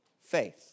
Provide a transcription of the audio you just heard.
faith